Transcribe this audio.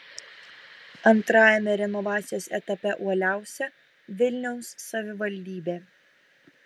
antrajame renovacijos etape uoliausia vilniaus savivaldybė